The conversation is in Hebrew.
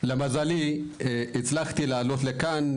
לצערי הרב עדיין לא קמה.